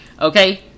Okay